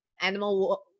animal